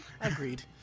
Agreed